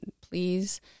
please